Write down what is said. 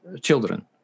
children